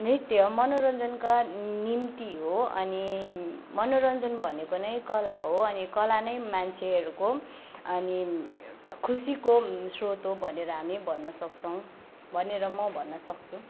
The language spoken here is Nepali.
नृत्य मनोरन्जनका निम्ति हो अनि मनोरन्जन भनेको नै कला हो अनि कला नै मान्छेहरूको अनि एउटा खुसीको स्रोत हो भनेर हामी भन्न सक्छौँ भनेर म भन्न सक्छु